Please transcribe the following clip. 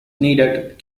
needed